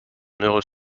heureux